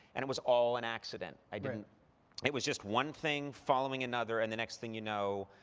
and it was all an accident. i mean it was just one thing following another, and the next thing you know,